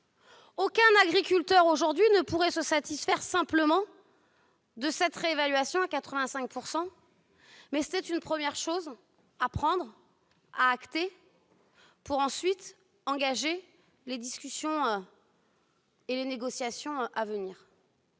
Aucun agriculteur aujourd'hui ne pourrait se satisfaire simplement de cette réévaluation à 85 % du SMIC, mais c'est une première chose à prendre, à acter, pour engager ensuite les discussions et les négociations à venir.